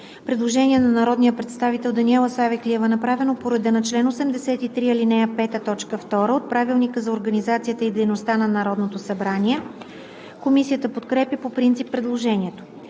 Предложение на народния представител Даниела Савеклиева, направено по реда на чл. 83, ал. 5, т. 2 от Правилника за организацията и дейността на Народното събрание. Комисията подкрепя по принцип предложението.